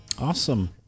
Awesome